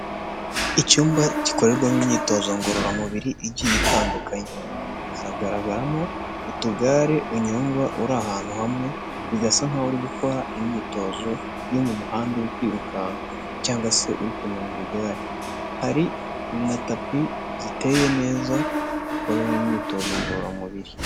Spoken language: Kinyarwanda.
Icyumba gikorerwamo imyitozo ngororamubiri igiye itandukanye. Haragaramo utugare unyugwa uri ahantu hamwe bigasa nkaho uri gukora imyitozo yo mu muhanda uri kwirukanka cyangwa se uri kunyonga igare. Hari na tapi ziteye neza ukoreraho imyitozo ngororamubiri.